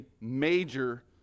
major